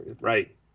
right